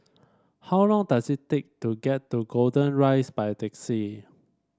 how long does it take to get to Golden Rise by taxi